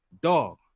dog